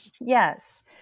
Yes